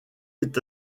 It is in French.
est